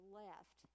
left